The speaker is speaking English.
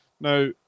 Now